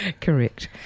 Correct